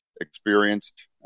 experienced